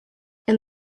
and